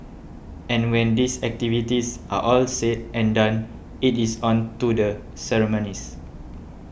and when these activities are all said and done it is on to the ceremonies